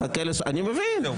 אני מבין.